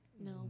No